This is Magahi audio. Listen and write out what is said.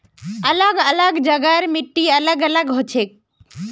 अलग अलग जगहर मिट्टी अलग अलग हछेक